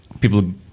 people